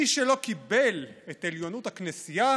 מי שלא קיבל את עליונות הכנסייה